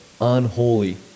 unholy